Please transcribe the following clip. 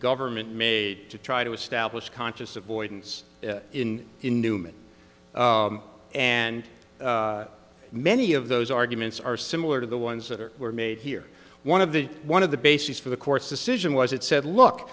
government made to try to establish conscious avoidance in in newman and many of those arguments are similar to the ones that are were made here one of the one of the basis for the court's decision was it said look